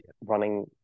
running